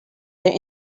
their